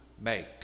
make